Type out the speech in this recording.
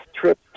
trip